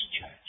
church